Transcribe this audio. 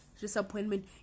disappointment